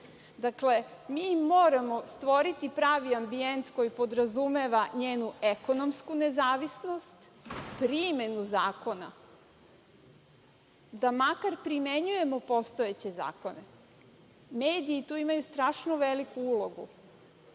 sveti. Dakle, mi moramo stvoriti pravi ambijent koji podrazumeva njenu ekonomsku nezavisnost, primenu zakona, da makar primenjujemo postojeće zakone. Mediji tu imaju strašno veliku ulogu.